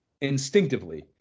instinctively